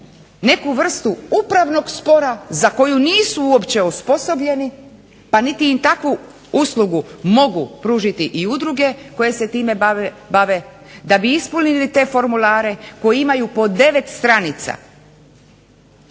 neku vrstu upravnog spora za koju nisu uopće osposobljeni pa niti im takvu uslugu mogu pružiti udruge koje se time bave, da bi ispunili te formulare koji imaju po 9 stranica